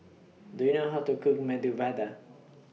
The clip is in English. Do YOU know How to Cook Medu Vada